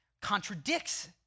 contradicts